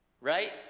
Right